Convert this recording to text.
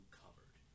covered